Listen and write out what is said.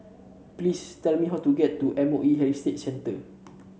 please tell me how to get to M O E Heritage Centre